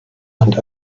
and